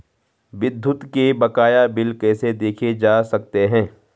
विद्युत के बकाया बिल कैसे देखे जा सकते हैं?